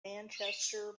manchester